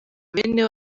bene